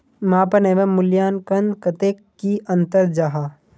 मापन एवं मूल्यांकन कतेक की अंतर जाहा?